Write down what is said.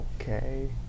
okay